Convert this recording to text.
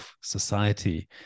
society